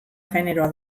generoa